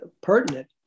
pertinent